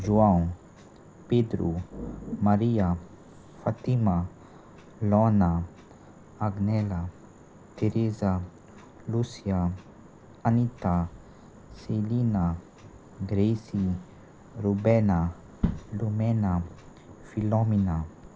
Joao Pedro Maria Fatima Lorna Agnela Teresa Lucia Anita Celina Gracy Rubena Rumena Philomena